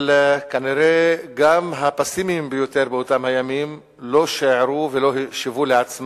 אבל כנראה גם הפסימים ביותר באותם הימים לא שיערו לעצמם